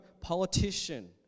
politician